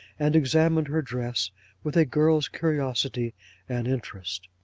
and examined her dress with a girl's curiosity and interest.